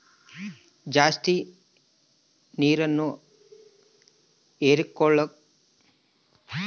ಜಾಸ್ತಿ ನೇರನ್ನ ಹೇರಿಕೊಳ್ಳೊ ಮಣ್ಣಿನ ವಿಧ ಯಾವುದುರಿ?